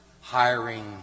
hiring